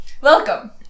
Welcome